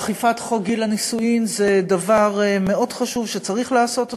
אכיפת חוק גיל הנישואין זה דבר מאוד חשוב שצריך לעשות אותו,